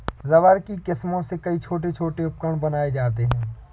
rubber की किस्मों से कई छोटे छोटे उपकरण बनाये जाते हैं